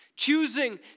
choosing